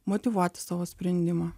motyvuoti savo sprendimą